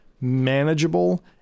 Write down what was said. manageable